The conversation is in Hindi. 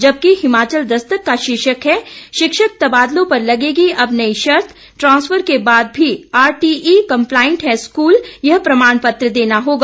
जबकि हिमाचल दस्तक का शीर्षक है शिक्षक तबादलों पर लगेगी अब नई शर्त ट्रांसफर के बाद भी आरटीई कंप्लायंट है स्कूल यह प्रमाण पत्र देना होगा